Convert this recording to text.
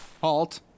Halt